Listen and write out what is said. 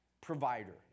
provider